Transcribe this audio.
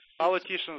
politicians